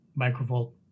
microvolt